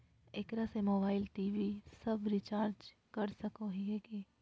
एकरा से mobile TV सब रिचार्ज कर सको हियै की?